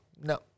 no